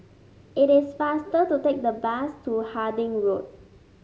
it is faster to take the bus to Harding Road